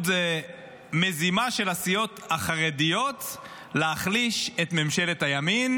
זה מזימה של הסיעות החרדיות להחליש את ממשלת הימין,